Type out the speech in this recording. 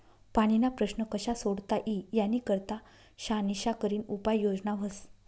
पाणीना प्रश्न कशा सोडता ई यानी करता शानिशा करीन उपाय योजना व्हस